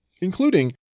including